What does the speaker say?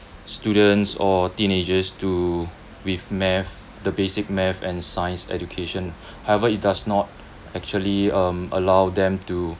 students or teenagers to with math the basic math and science education however it does not actually um allow them to